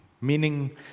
meaning